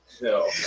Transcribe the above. No